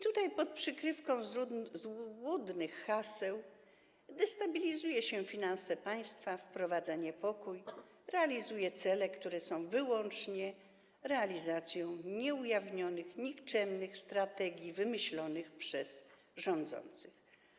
Tutaj pod przykrywką złudnych haseł destabilizuje się finanse państwa, wprowadza niepokój, urzeczywistnia cele, które są wyłącznie realizacją nieujawnionych, nikczemnych strategii wymyślonych przez rządzących.